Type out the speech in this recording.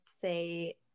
say